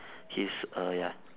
his uh ya